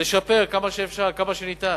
לשפר כמה שאפשר, כמה שניתן.